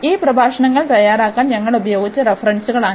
ഈ പ്രഭാഷണങ്ങൾ തയ്യാറാക്കാൻ ഞങ്ങൾ ഉപയോഗിച്ച റഫറൻസുകളാണിത്